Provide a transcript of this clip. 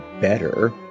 better